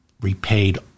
repaid